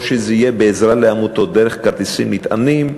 או שזה יהיה בעזרה לעמותות דרך כרטיסים נטענים,